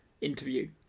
interview